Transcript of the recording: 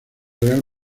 real